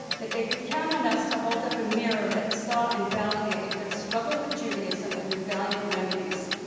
that they could count on us to hold up a mirror that saw and validated their struggle with judaism and their valiant remedies,